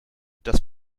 das